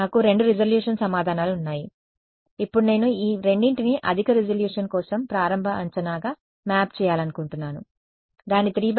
నాకు రెండు రిజల్యూషన్ సమాధానాలు ఉన్నాయి ఇప్పుడు నేను ఈ రెండింటిని అధిక రిజల్యూషన్ కోసం ప్రారంభ అంచనాగా మ్యాప్ చేయాలనుకుంటున్నాను దాని 3×3 అప్పుడు నేను ఏమి చేయాలి